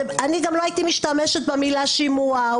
לא הייתי משתמשת במילה שימוע.